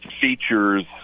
features